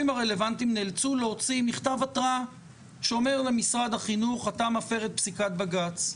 נאלצו להוציא מכתב התראה שאומר למשרד החינוך: אתה מפר את פסיקת בג"ץ.